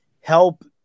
help